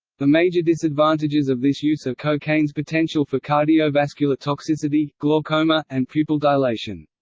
the major disadvantages of this use are cocaine's potential for cardiovascular toxicity, glaucoma, and pupil dilation.